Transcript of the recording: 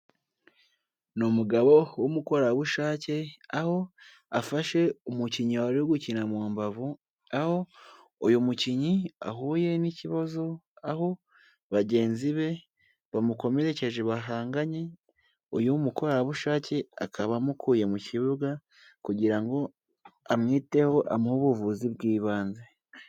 Ni umugabo w'umukorerabushake aho afashe umukinnyi wari uri gukinara mu mbavu, aho uyu mukinnyi ahuye n'ikibazo aho bagenzi be bamukomerekeje bahanganye, uyu mukorerabushake akaba amukuye mu kibuga kugira ngo amwiteho amuhe ubuvuzi bw'ibanze.